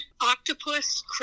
octopus